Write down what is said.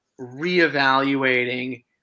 reevaluating